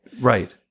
Right